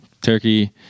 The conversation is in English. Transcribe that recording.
turkey